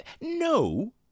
No